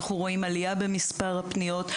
אנחנו רואים עלייה במספר הפניות.